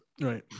Right